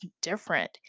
different